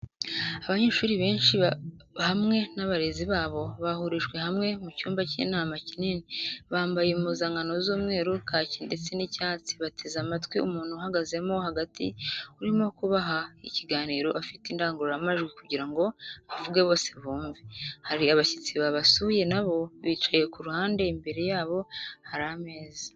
Abanyeshuri benshi hamwe n'abarezi babo, bahurijwe hamwe mu cyumba cy'inama kinini, bambaye impuzankano z'umweru, kaki ndetse n'icyatsi, bateze amatwi umuntu uhagazemo hagati urimo kubaha ikiganiro afite indangururamajwi kugira ngo avuge bose bumve, hari abashyitsi babasuye nabo bicaye ku ruhande imbere yabo hari ameza.